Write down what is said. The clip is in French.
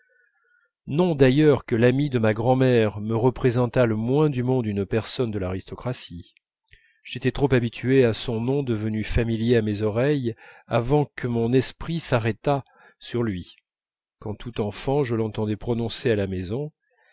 non d'ailleurs que l'amie de ma grand'mère me représentât le moins du monde une personne de l'aristocratie j'étais trop habitué à son nom devenu familier à mes oreilles avant que mon esprit s'arrêtât sur lui quand tout enfant je l'entendais prononcer à la maison